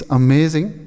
amazing